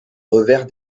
revers